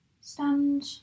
stand